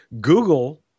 Google